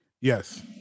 Yes